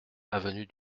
avenue